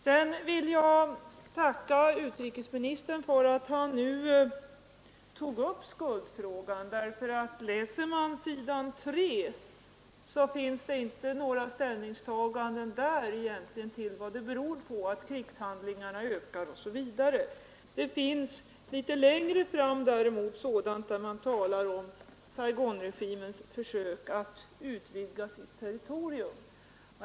Jag vill tacka utrikesministern för att han tog upp skuldfrågan. Läser man s. 3 i svaret hittar man inte där några ställningstaganden till vad det egentligen beror på att krigshandlingarna ökar. Litet längre fram i svaret talas det däremot om Saigonregimens försök att utvidga sitt territorium.